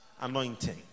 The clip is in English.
Anointing